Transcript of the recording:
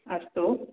अस्तु